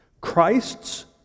Christ's